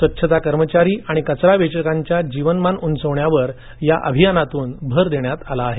स्वच्छता कर्मचारी आणि कचरा वेचकांच जीवनमान उंचावण्यावर या अभियानातून भर देण्यात आला आहे